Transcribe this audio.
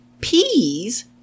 peas